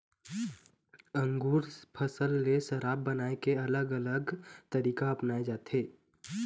अंगुर फसल ले शराब बनाए के अलग अलग तरीका अपनाए जाथे